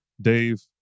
Dave